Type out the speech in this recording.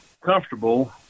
comfortable